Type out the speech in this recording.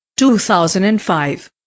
2005